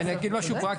זה עולה כסף.